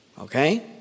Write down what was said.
Okay